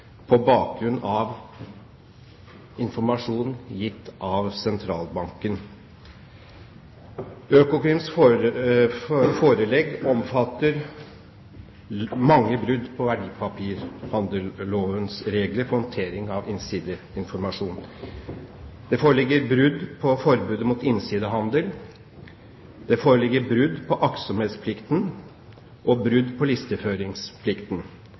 Økokrims forelegg omfatter mange brudd på verdipapirhandellovens regler for håndtering av innsideinformasjon. Det foreligger brudd på forbudet mot innsidehandel. Det foreligger brudd på aktsomhetsplikten og på listeføringsplikten. I tillegg omfatter forelegget brudd på